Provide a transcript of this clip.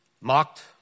Mocked